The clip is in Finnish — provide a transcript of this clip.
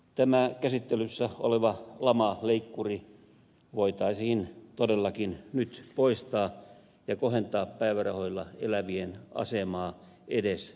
tämä käsittelyssä oleva lamaleikkuri voitaisiin todellakin nyt poistaa ja kohentaa päivärahoilla elävien asemaa edes vähän